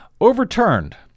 overturned